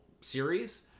series